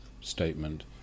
statement